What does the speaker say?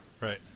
Right